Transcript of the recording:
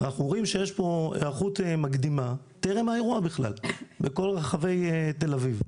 אנחנו רואים שיש פה היערכות מקדימה טרם האירוע בכלל בכל רחבי תל אביב.